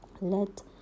let